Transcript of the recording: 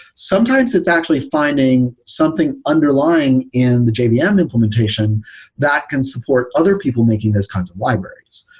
sometimes it's actually fi nding something underlying in the jvm yeah and implementation that can support other people making those kinds of libraries.